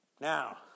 Now